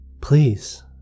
Please